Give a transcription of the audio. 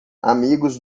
amigos